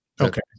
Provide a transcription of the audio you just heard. Okay